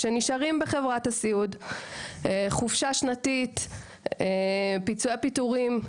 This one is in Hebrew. נשאר בחברת הסיעוד; חופשה שנתית; פיצויי פיטורין,